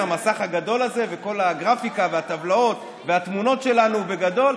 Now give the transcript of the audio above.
המסך הגדול הזה וכל הגרפיקה והטבלאות והתמונות שלנו בגדול?